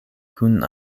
kun